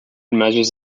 measures